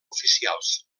oficials